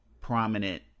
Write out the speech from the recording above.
prominent